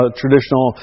traditional